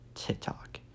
tiktok